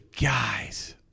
guys